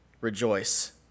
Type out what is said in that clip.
rejoice